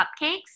cupcakes